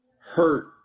hurt